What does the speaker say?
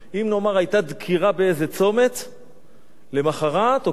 למחרת או כבר שעה לאחר מכן כבר עמדו שני חיילים באותו צומת ושמרו.